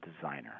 designer